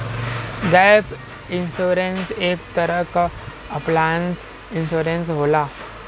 gap insurance एक तरे क ऑप्शनल इंश्योरेंस होला